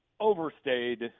overstayed